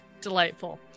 delightful